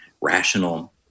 rational